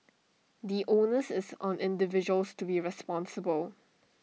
the onus is on individuals to be responsible